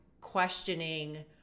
questioning